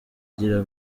agira